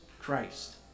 Christ